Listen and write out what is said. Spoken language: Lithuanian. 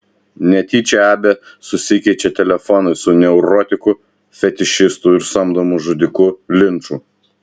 netyčia abė susikeičia telefonais su neurotiku fetišistu ir samdomu žudiku linču